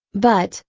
but,